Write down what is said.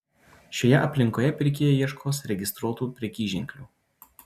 šioje aplinkoje pirkėjai ieškos registruotų prekyženklių